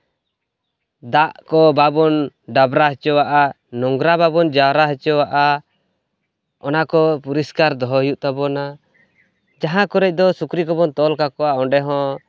ᱫᱟᱜ ᱠᱚ ᱵᱟᱵᱚᱱ ᱰᱟᱵᱨᱟ ᱦᱚᱪᱚᱣᱟᱜᱼᱟ ᱱᱚᱝᱨᱟ ᱵᱟᱵᱚᱱ ᱡᱟᱣᱨᱟ ᱦᱚᱪᱚᱣᱟᱜᱼᱟ ᱚᱱᱟ ᱠᱚ ᱯᱚᱨᱤᱥᱠᱟᱨ ᱫᱚᱦᱚ ᱦᱩᱭᱩᱜ ᱛᱟᱵᱚᱱᱟ ᱡᱟᱦᱟᱸ ᱠᱚᱨᱮ ᱫᱚ ᱥᱩᱠᱨᱤ ᱠᱚᱵᱚᱱ ᱛᱚᱞ ᱠᱟᱠᱚᱣᱟ ᱚᱸᱰᱮ ᱦᱚᱸ